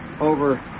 over